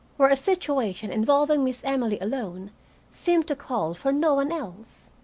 where a situation involving miss emily alone seemed to call for no one else.